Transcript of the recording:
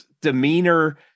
demeanor